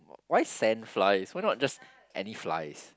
why sand flies why not just any flies